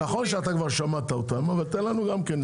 נכון שאתה כבר שמעת אותם אבל תן לנו גם כן.